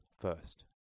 first